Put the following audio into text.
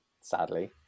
sadly